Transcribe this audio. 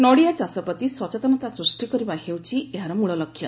ନଡ଼ିଆ ଚାଷ ପ୍ରତି ସଚେତନତା ସୃଷ୍ଟି କରିବା ହେଉଛି ଏହାର ମୂଳ ଲକ୍ଷ୍ୟ